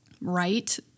right